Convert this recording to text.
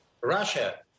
Russia